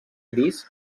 gris